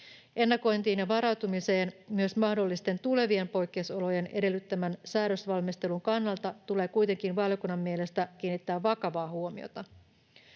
Ennakointiin ja varautumiseen myös mahdollisten tulevien poikkeusolojen edellyttämän säädösvalmistelun kannalta tulee kuitenkin valiokunnan mielestä kiinnittää vakavaa huomiota.